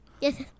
Yes